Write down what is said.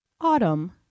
Autumn